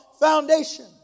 foundation